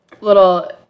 little